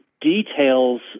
details